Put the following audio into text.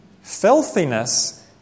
Filthiness